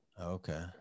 Okay